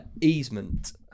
Easement